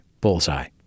bullseye